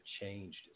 changed